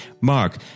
Mark